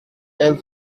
elle